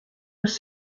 was